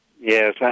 Yes